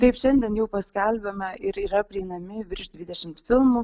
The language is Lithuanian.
taip šiandien jau paskelbėme ir yra prieinami virš dvidešimt filmų